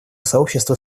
сообщество